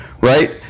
right